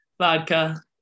Vodka